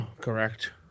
correct